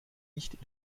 nicht